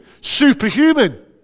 superhuman